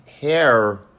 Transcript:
hair